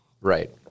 right